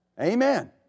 Amen